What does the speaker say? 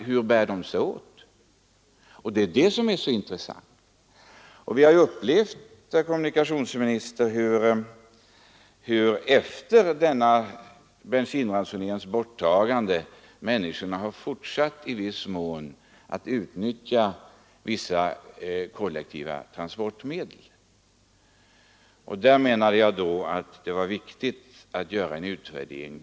Hur bär de sig åt? Det var det som var så intressant. Vi har upplevt, herr kommunikationsminister, att människorna efter bensinransoneringens borttagande i viss mån fortsatt att utnyttja kollektiva trafikmedel. Där menade jag att det var viktigt att göra en utvärdering.